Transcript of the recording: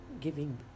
giving